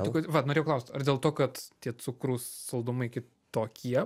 tai kodėl vat norėjau klausti ar dėl to kad tie cukrūs saldumai kitokie